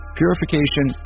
purification